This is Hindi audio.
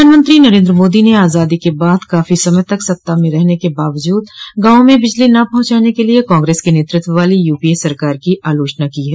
प्रधानमंत्री नरेन्द्र मोदी ने आजादी के बाद काफी समय तक सत्ता में रहने के बावजूद गांवों में बिजली न पहुंचाने के लिए कांग्रेस के नेतृत्व वाली यू पी ए सरकार की आलोचना की है